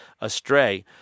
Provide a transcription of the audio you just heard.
astray